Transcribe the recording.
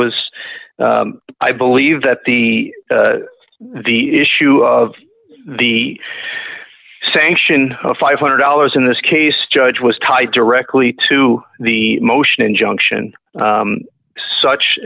was i believe that the the issue of the sanction of five hundred dollars in this case judge was tied directly to the motion injunction such